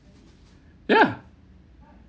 ya